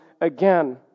again